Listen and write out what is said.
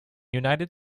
united